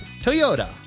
Toyota